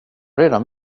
redan